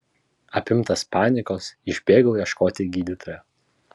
apimtas panikos išbėgau ieškoti gydytojo